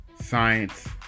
science